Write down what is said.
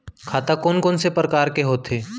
खाता कोन कोन से परकार के होथे?